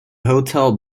hotel